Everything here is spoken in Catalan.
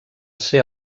ser